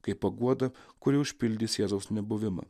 kaip paguoda kuri užpildys jėzaus nebuvimą